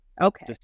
Okay